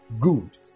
good